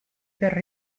per